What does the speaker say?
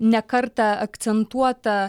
ne kartą akcentuota